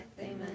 Amen